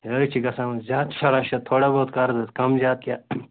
یہِ حظ چھِ گَژھان وۅنۍ زیادٕ شُراہ شتھ تھوڑا بہت کر حظ کَم زیادٕ کیٚنٛہہ